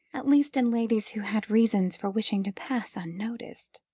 at least in ladies who had reasons for wishing to pass unnoticed.